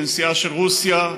לנשיאה של רוסיה,